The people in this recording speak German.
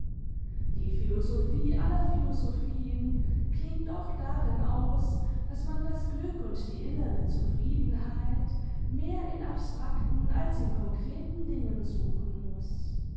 die philosophie aller philosophien klingt doch darin aus daß man das glück und die innere zufriedenheit mehr in abstrakten als in konkreten dingen suchen muß